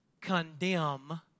condemn